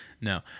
No